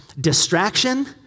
Distraction